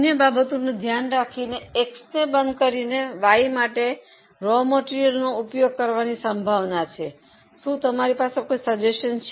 અન્ય બાબતોનું ધ્યાન રાખીને X ને બંધ કરીને Y માટે કાચા માલનો ઉપયોગ કરવાની સંભાવના છે શું તમારી પાસે કોઈ અન્ય સૂચન છે